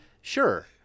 Sure